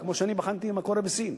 כמו שאני בחנתי מה קורה בסין.